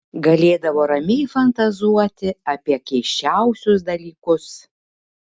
galėdavo ramiai fantazuoti apie keisčiausius dalykus